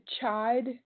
chide